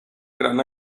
gran